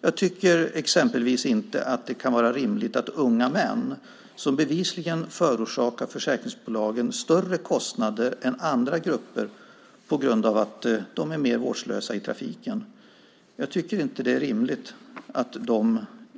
Jag tycker exempelvis inte att det är rimligt att unga män, som bevisligen förorsakar försäkringsbolagen större kostnader än andra grupper på grund av att de är mer vårdslösa i trafiken,